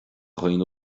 dhaoine